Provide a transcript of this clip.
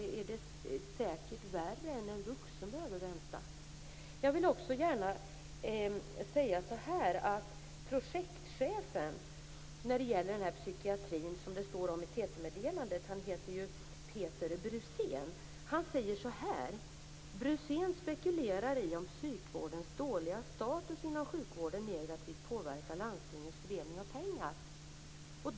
För ett barn som behöver vänta är det säkert värre än för en vuxen. I TT-meddelandet uttalar sig också projektchefen Peter Brusén: "Brusén spekulerar i om psykvårdens dåliga status inom sjukvården negativt påverkar landstingens fördelning av pengar."